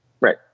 Right